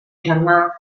germà